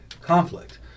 conflict